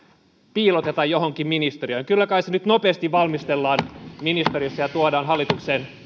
piiloteta johonkin ministeriöön kyllä kai se nyt nopeasti valmistellaan ministeriössä ja tuodaan hallituksen